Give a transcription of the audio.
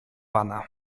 pana